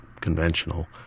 conventional